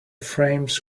frames